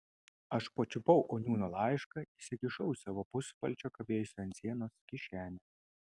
aš pačiupau oniūno laišką įsikišau į savo puspalčio kabėjusio ant sienos kišenę